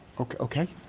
okay, okay